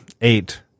Eight